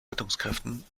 rettungskräften